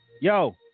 Yo